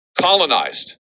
colonized